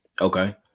Okay